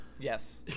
Yes